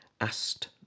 asked